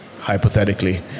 hypothetically